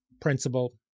principal